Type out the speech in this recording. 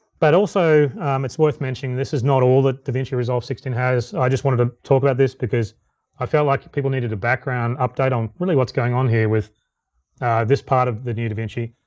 but also it's worth mentioning, this is not all the davinci resolve sixteen has. i just wanted to talk about this because i felt like people needed a background update on really what's going on here with this part of the new davinci,